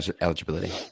eligibility